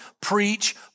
preach